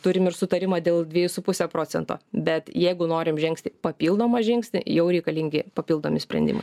turim ir sutarimą dėl dviejų su puse procento bet jeigu norim žengsti papildomą žingsnį jau reikalingi papildomi sprendimai